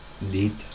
need